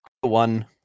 one